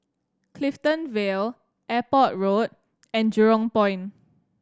Clifton Vale Airport Road and Jurong Point